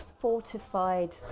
fortified